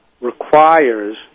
requires